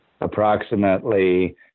approximately